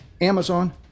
Amazon